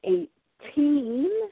Eighteen